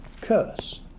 curse